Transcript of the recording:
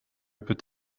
peut